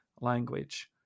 language